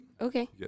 Okay